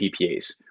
PPAs